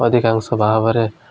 ଅଧିକାଂଶ ଭାବରେ